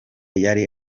yari